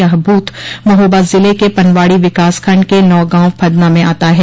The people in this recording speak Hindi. यह बूथ महोबा जिले के पनवाड़ी विकासखंड के नौगांव फदना में आता है